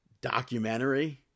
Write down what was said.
documentary